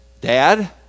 dad